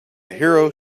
hero